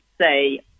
say